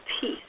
peace